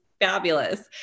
fabulous